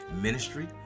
ministry